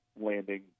landing